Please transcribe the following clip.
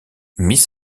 miss